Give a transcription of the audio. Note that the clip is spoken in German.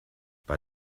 bei